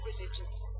religious